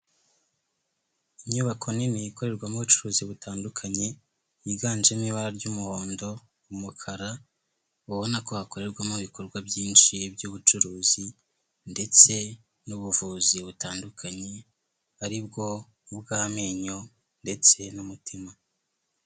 Inyubako nini ikorerwamo ubucuruzi butandukanye, yiganjemo ibara ry'umuhondo, umukara, ubona ko hakorerwamo ibikorwa byinshi by'ubucuruzi ndetse n'ubuvuzi butandukanye, ari bwo ubw'amenyo ndetse n'umutima.